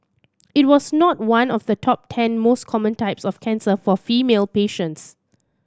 it was not one of the top ten most common types of cancer for female patients